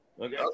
Okay